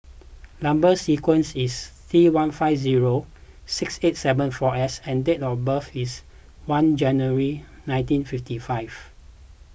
Number Sequence is T one five zero six eight seven four S and date of birth is one January nineteen fifty five